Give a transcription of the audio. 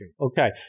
Okay